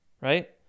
right